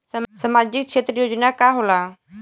सामाजिक क्षेत्र योजना का होला?